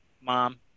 mom